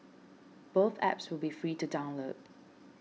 both apps will be free to download